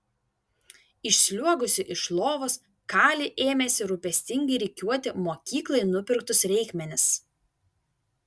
išsliuogusi iš lovos kali ėmėsi rūpestingai rikiuoti mokyklai nupirktus reikmenis